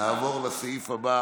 נעבור לסעיף הבא